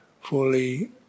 fully